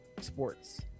sports